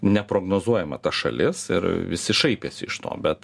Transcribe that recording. neprognozuojama ta šalis ir visi šaipėsi iš to bet